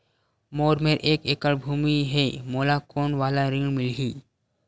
मोर मेर एक एकड़ भुमि हे मोला कोन वाला ऋण मिलही?